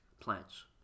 plants